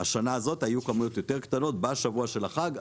בשנה הזאת היו כמויות קטנות בשבוע של החג,